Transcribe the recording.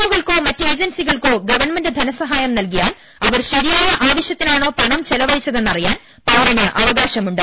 O കൾക്കോ മറ്റ് ഏജൻസികൾക്കോ ഗവൺമെന്റ് ധനസഹായം നൽകിയാൽ അവർ ശരിയായ ആവശ്യത്തിനാണോ പണം ചെലവഴിച്ചെതെന്നറിയാൻ പൌരന് അവകാശമുണ്ട്